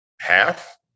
Half